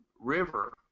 river